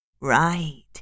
Right